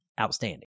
outstanding